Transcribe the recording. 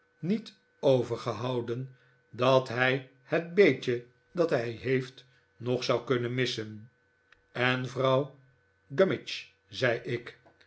niet overgehouden dat hij het beetje dat hij heeft nog zou kunnen missen en vrouw gummidge zei ik